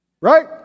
Right